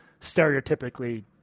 stereotypically